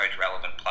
relevant